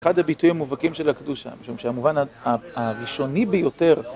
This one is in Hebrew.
אחד הביטויים המובהקים של הקדושה, משום שהמובן הראשוני ביותר...